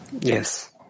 Yes